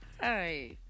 Hi